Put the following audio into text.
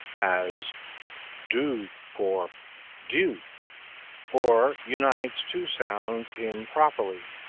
as doo for dew or unites two sounds improperly,